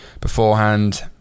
beforehand